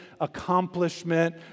accomplishment